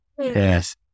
Yes